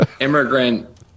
Immigrant